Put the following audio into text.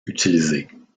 utilisées